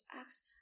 asked